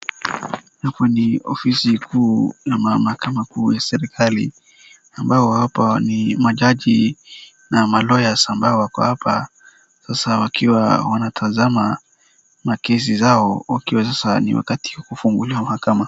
Hapa ni ofisi kuu na mahakama kuu ya serikali ambayo hapa ni majaji na malawyers ambao wako hapa sasa wakiwa wanatazama makesi zao ikiwa sasa ni wakati wa kufunguliwa mahakama.